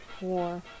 War